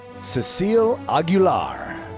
cecille aguilar.